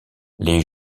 les